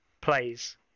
plays